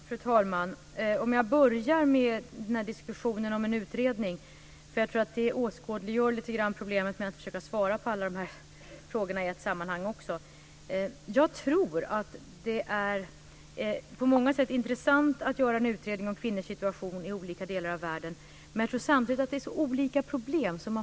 Fru talman! Jag börjar med diskussionen om en utredning. Det åskådliggör problemet med att försöka att svara på alla frågor i ett sammanhang. Jag tror att det på många sätt vore intressant att göra en utredning om kvinnornas situation i olika delar av världen. Men det gäller så många olika problem.